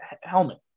helmet